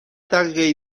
دقیقه